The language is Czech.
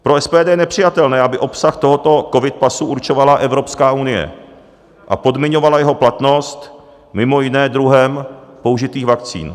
Pro SPD je nepřijatelné, aby obsah tohoto covid pasu určovala Evropská unie a podmiňovala jeho platnost mimo jiné druhem použitých vakcín.